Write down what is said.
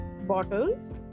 bottles